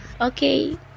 Okay